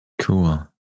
Cool